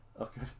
Okay